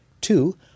Two